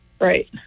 right